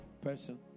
person